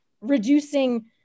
reducing